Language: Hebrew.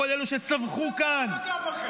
כל אלה שצווחו כאן --- שום דבר לא נגע בכם.